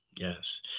Yes